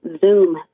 zoom